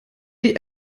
die